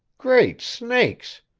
great snakes!